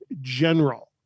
general